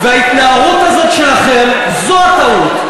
ההתנערות הזאת שלכם, זו הטעות.